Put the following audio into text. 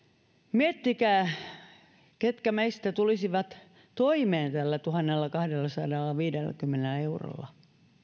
miettikää ketkä meistä tulisivat toimeen tällä tuhannellakahdellasadallaviidelläkymmenellä eurolla